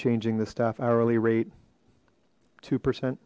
changing the staff hourly rate two percent